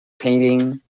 painting